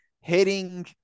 hitting